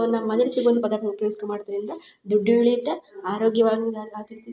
ನಮ್ಮ ಮನೆಯಲ್ಲಿ ಸಿಗುವ್ ಪದಾರ್ಥ ಉಪಯೋಸ್ಕ ಮಾಡದರಿಂದ ದುಡ್ಡು ಉಳಿಯುತ್ತೆ ಆರೋಗ್ಯವಂತ ಆಗಿರ್ತೀವಿ